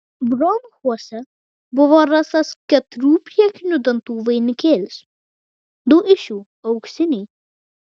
bronchuose buvo rastas keturių priekinių dantų vainikėlis du iš jų auksiniai